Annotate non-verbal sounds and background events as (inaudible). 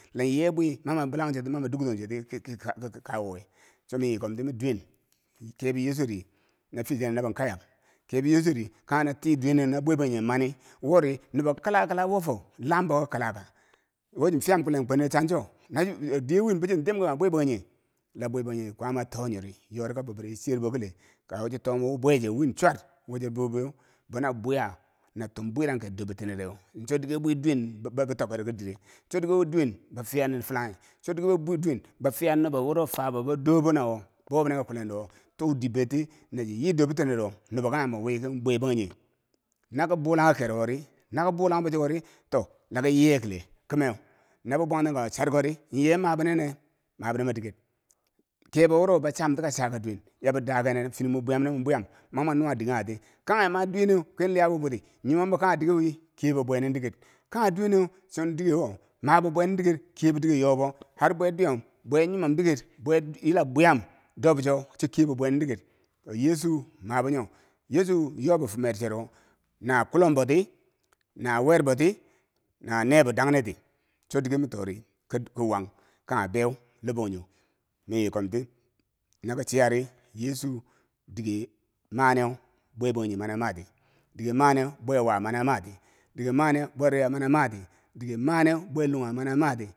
Lan ye bwe mama bilanchoti mama dukton choti kikakuke cho miyi kom ti mii duwen kebo yeechu ri fiye channeu no min kayam no kebo yeechuri kanghe no tiiduweneu no bwe bangjighe mani wori nubo kila kala wofo, labbo ke kelaka wochi fiyam kulen kwune nyocho no diye win bochin dimkange bwe bangjighe La we bangjighe kwaama too nyori yorikabo lakibare chocherbo kile la cho tomun bibwe chi win chwar wo cho boboweu bo na bwiya na tum bwirang ker dorbitinero chodiki bwi duwen (hesitation) botok kerotikidire chodikebwa duwen boya fiya filanghe chodikebwa bofiya nubo boro fabubo do bo nawo bofiya nobuboro to dir beldi na nobo nanyamom ke nubo kanghem bo we ke bangjigen nako buklaghe ke kerowori nakobulangbori to lako yiyi kile kume nabo bwantun kawa charko ri ye mabinene mabinenbo dike ke bo wu ro bo chamti kachaka duwen yabi dakrnneu fini mo bwiyam di mo bwiyam manimo nuwei dike kanghe di kaughe ma duwem keliya bi bwuti nyomom bo kanghe diker we kiyebo bwening diket kanghe duweneu chon dike wo ma bo bwe ning diker kiye bo diker yobo harbwe duyom bwe nyomom diker bweyila bwiyam dobcho chokiyibo bwenin diker to yeechu mabo nyo yeechu nyo bifumer chero na kulom boti, na werboti, na nebo dangneti chodike monitori ki wang kaghe bau labangjong mi yikom ti nokom chiyari yeechu dike manew bwe bangjighe mani mati dike mane bwe wa mana mati dike maneu bwe dirya mani mati dike mane bwe lugha mani mati